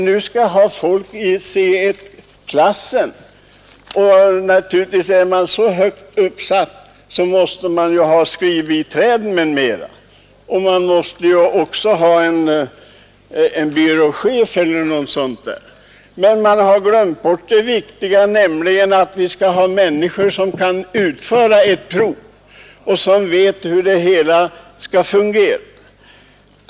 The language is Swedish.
Nu föreslås en tjänst i Ce 1, och är man så högt uppsatt måste man naturligtvis ha skrivbiträden m.m. och man måste också ha en byrådirektör eller liknande. Emellertid har det viktiga glömts bort, nämligen att här måste anställas människor som kan utföra ett prov och som vet hur det hela skall fungera.